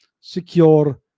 secure